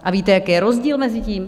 A víte, jaký je rozdíl mezi tím?